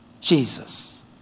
Jesus